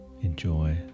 enjoy